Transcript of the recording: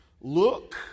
Look